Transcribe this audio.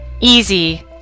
easy